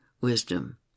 wisdom